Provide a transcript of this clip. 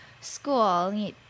school